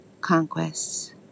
conquests